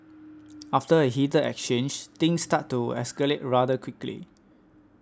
after a heated exchange things started to escalate rather quickly